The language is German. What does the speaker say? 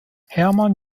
hermann